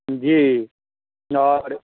जी और